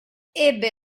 ebbe